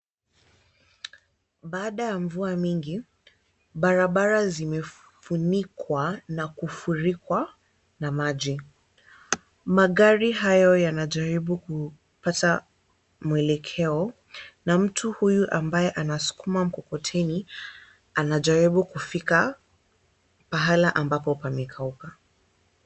Baada ya mvua mingi barabara zimefunikwa na kufurikwa na maji, magari hayo yanajaribu kupata mwelekeo na mtu huyu ambaye anaskuma mkokoteni anajaribu kufika pahala ambapo pamekauka.